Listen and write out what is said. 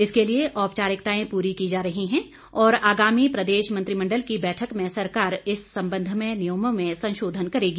इसके लिए औपचारिकताएं पूरी की जा रही हैं और आगामी प्रदेश मंत्रिमंडल की बैठक में सरकार इस संबंध में नियमों में संशोधन करेगी